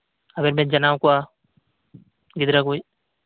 ᱟᱵᱮᱱ ᱵᱮᱱ ᱡᱟᱱᱟᱣ ᱠᱚᱣᱟ ᱜᱤᱫᱽᱨᱟᱹ ᱠᱚ